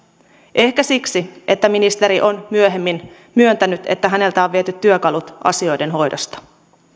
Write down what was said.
ehkä siksi että ministeri on myöhemmin myöntänyt että häneltä on viety työkalut asioiden hoidosta